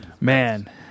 Man